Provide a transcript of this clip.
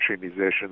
musicians